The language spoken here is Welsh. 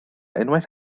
unwaith